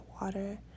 water